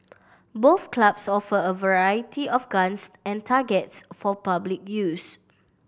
both clubs offer a variety of guns and targets for public use